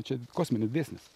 čia kosminis dėsnis